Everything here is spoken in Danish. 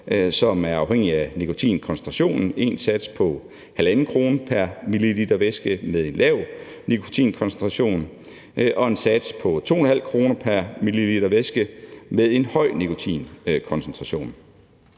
som er afhængige af nikotinkoncentrationen: en sats på 1,50 kr. pr. milliliter væske med en lav nikotinkoncentration og en sats på 2,50 kr. pr. milliliter væske med en høj nikotinkoncentration.